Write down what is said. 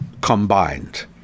combined